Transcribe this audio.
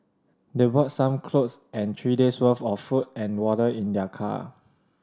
they brought some clothes and three days' worth of food and water in their car